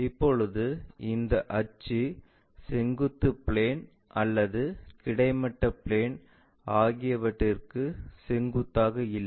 இப்போது இந்த அச்சு செங்குத்து பிளேன் அல்லது கிடைமட்ட பிளேன் ஆகியவற்றுக்கு செங்குத்தாக இல்லை